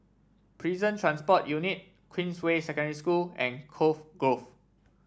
Prison Transport Unit Queensway Secondary School and Cove Grove